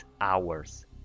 hours